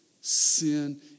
sin